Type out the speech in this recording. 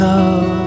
Love